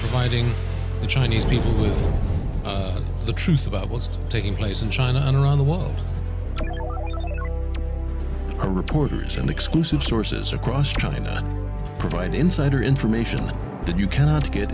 ting the chinese people is the truth about what's taking place in china and around the world are reporters and exclusive sources across china provide insider information that you cannot get